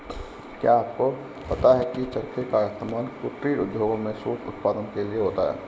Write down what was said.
क्या आपको पता है की चरखे का इस्तेमाल कुटीर उद्योगों में सूत उत्पादन के लिए होता है